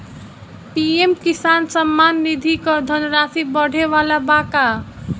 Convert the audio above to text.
PM Kisan Samman Nidhi क धनराशि बढ़े वाला बा का?